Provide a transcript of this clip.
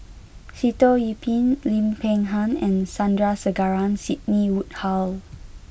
Sitoh Yih Pin Lim Peng Han and Sandrasegaran Sidney Woodhull